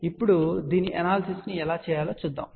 కాబట్టి ఇప్పుడు దీని అనాలసిస్ ను ఎలా చేయాలో చూద్దాం